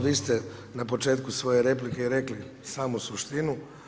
Vi ste na početku svoje replike rekli samu suštinu.